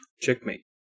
Checkmate